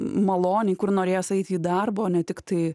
maloniai kur norės eiti į darbą o ne tiktai